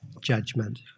judgment